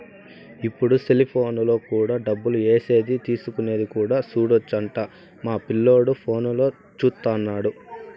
ఇప్పుడు సెలిపోనులో కూడా డబ్బులు ఏసేది తీసుకునేది కూడా సూడొచ్చు అంట మా పిల్లోడు ఫోనులో చూత్తన్నాడు